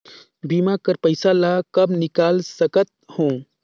बीमा कर पइसा ला कब निकाल सकत हो?